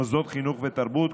מוסדות חינוך ותרבות,